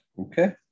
Okay